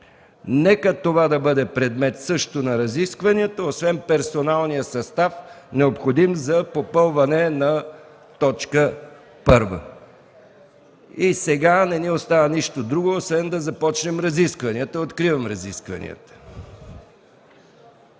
Нека това да бъде предмет също на разискванията освен персоналния състав, необходим за попълване на т. 1. Сега не ни остава нищо друго, освен да започнем разискванията. Откривам разискванията.